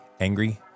Angry